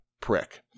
prick